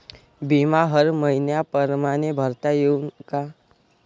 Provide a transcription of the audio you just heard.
बिमा हर मइन्या परमाने भरता येऊन का?